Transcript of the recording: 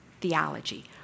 theology